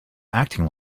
acting